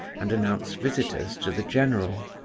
and announce visitors to the general.